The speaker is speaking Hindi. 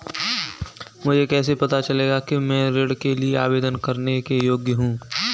मुझे कैसे पता चलेगा कि मैं ऋण के लिए आवेदन करने के योग्य हूँ?